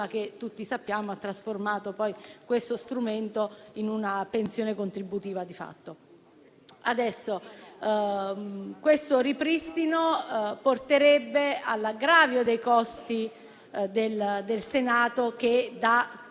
come tutti sappiamo, ha trasformato questo strumento in una pensione contributiva di fatto. Tale ripristino porterebbe a un aggravio dei costi del Senato che da